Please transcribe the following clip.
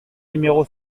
numéro